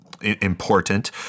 important